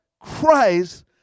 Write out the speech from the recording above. Christ